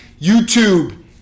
YouTube